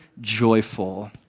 joyful